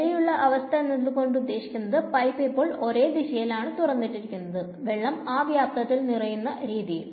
നേരയുള്ള അവസ്ഥ എന്നുള്ളതുകൊണ്ട് ഉദ്ദേശിക്കുന്നത് പൈപ്പ് ഇപ്പോൾ ഒരേ ദിശയിൽ ആണ് തുറന്നിട്ടിരിക്കുന്നത് വെള്ളം ആ വ്യാപ്ത്തിൽ നിറയുന്ന രീതിയിൽ